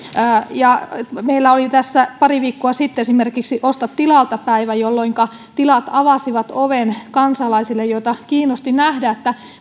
meillä oli tässä pari viikkoa sitten osta tilalta päivä jolloinka tilat avasivat ovensa kansalaisille joita kiinnosti nähdä